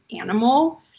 animal